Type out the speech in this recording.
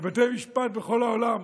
שבתי משפט בכל העולם